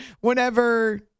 whenever